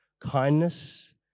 kindness